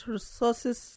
Resources